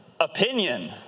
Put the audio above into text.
opinion